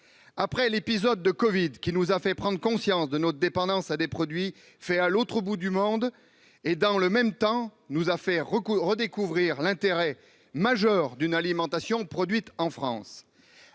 après l'épisode du covid, qui nous a fait prendre conscience de notre dépendance à l'égard de produits fabriqués à l'autre bout du monde et qui nous a fait redécouvrir l'intérêt majeur d'une alimentation produite en France